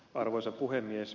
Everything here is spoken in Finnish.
arvoisa puhemies